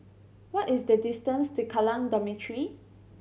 what is the distance to Kallang Dormitory